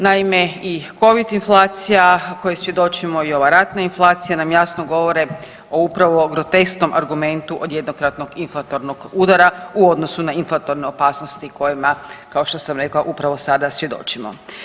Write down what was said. Naime, i covid inflacija kojom svjedočimo i ova ratna inflacija nam jasno govore o upravo grotesknom argumentu od jednokratnog inflatornog udara u odnosu na inflatorne opasnosti kojima kao što sam rekla upravo sada svjedočimo.